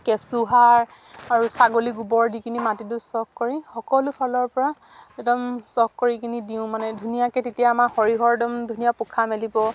কেঁচু সাৰ আৰু ছাগলী গোবৰ দি কিনি মাটিটো চহ কৰি সকলো ফালৰ পৰা একদম চহ কৰি কিনি দিওঁ মানে ধুনীয়াকে তেতিয়া আমাৰ সৰিয়হৰ একদম ধুনীয়া পোখা মেলিব